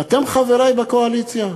ואתם חברי בקואליציה,